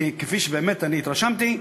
כפי שבאמת התרשמתי,